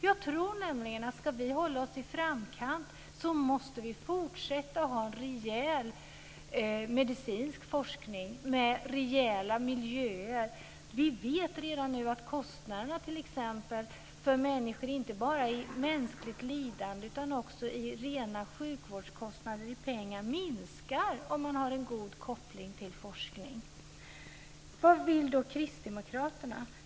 Jag tror nämligen att om vi ska hålla oss i framkant så måste vi fortsätta att ha en rejäl medicinsk forskning med rejäla miljöer. Vi vet redan nu att kostnaderna för människor inte bara i fråga om mänskligt lidande utan också i fråga om rena sjukvårdskostnader, i fråga om pengar, minskar om man har en god koppling till forskning. Vad vill då kristdemokraterna?